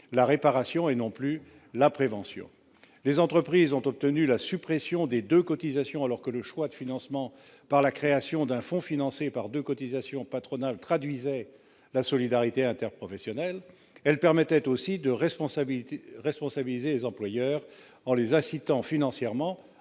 la réparation plutôt que la prévention. Les entreprises ont obtenu la suppression de deux cotisations, alors que le choix de financement par la création d'un fonds alimenté par ces cotisations patronales traduisait la volonté d'une solidarité interprofessionnelle. Ce financement permettait aussi de responsabiliser les employeurs, en les incitant financièrement